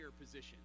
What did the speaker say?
position